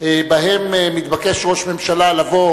שבועות שבהם מתבקש ראש ממשלה לבוא